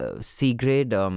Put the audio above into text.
C-grade